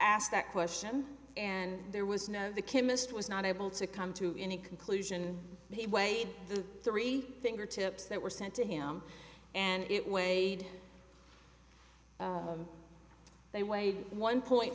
asked that question and there was no the chemist was not able to come to any conclusion he weighed three things or tips that were sent to him and it weighed they weighed one point